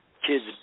Kids